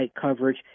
coverage